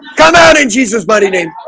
come out in jesus mighty name